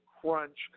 crunch